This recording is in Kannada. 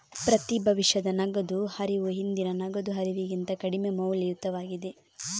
ಪ್ರತಿ ಭವಿಷ್ಯದ ನಗದು ಹರಿವು ಹಿಂದಿನ ನಗದು ಹರಿವಿಗಿಂತ ಕಡಿಮೆ ಮೌಲ್ಯಯುತವಾಗಿದೆ